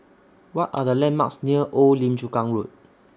What Are The landmarks near Old Lim Chu Kang Road